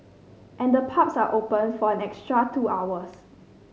and the pubs are open for an extra two hours